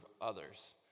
others